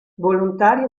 volontario